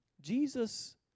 Jesus